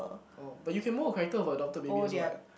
oh but you can mold a character of a adopted baby also what